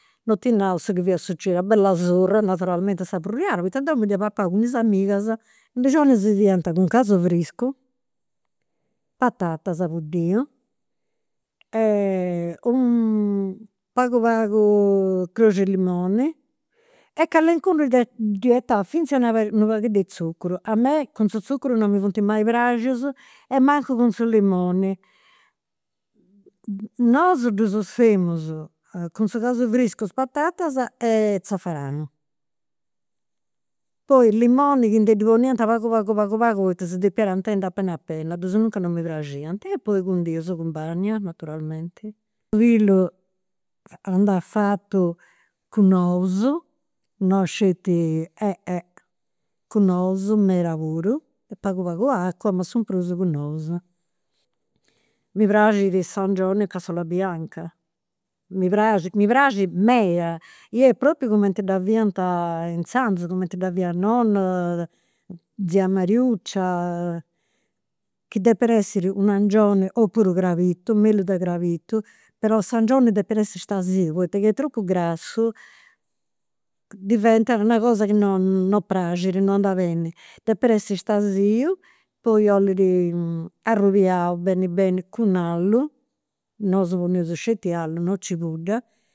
Non ti nau su chi fia sucediu, una bella surra, naturalmenti a sa furriada, poita deu mi dd'ia papau cun is amigas. Is si fadiant cun casu friscu, patatas a buddiu e e pagu pagu crosciu 'e limoni e calincunu ddi ddi 'etad finzas unu paghedd'e tzuccuru. A mei cun su tzuccuru non mi funt mai praxius e mancu cun su limoni. Nosu ddus femus cun su casu friscu, is patatas e zafaranu. Poi limoni chi ndi ddi poniant pagu pagu pagu pagu, poita si depiat intendi apena apena, de asinuncas non mi praxiant. E poi cundius cun bagna, naturalmenti. Su pillu andat fatu cun ous, non sceti cun ous e meda puru, e pagu pagu acua ma su prus cun ous. Mi praxit s'angioni a cassola bianca. Mi prait, mi praxit meda i est propriu cumenti dda fiant inzandus, cumenti dda fiat nonna, tzia Mariuccia. Chi depit essi, opuru crabitu, mellu de crabitu, però s'angioni depit essi stasiu poita chi est tropu grassu diventat una cosa chi non praxit, non andat beni. Depit essi stasiu, poi 'olit arrubiau beni beni cun allu, nosu poneus sceti allu, non cibudda